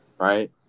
right